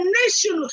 nation